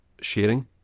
sharing